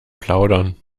plaudern